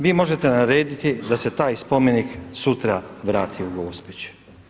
Vi možete narediti da se taj spomenik sutra vrati u Gospić.